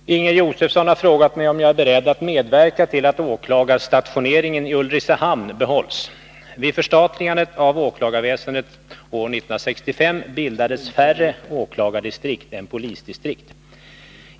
Herr talman! Inger Josefsson har frågat mig om jag är beredd att medverka till att åklagarstationeringen i Ulricehamn behålls. Vid förstatligandet av åklagaroch polisväsendet år 1965 bildades färre åklagardistrikt än polisdistrikt.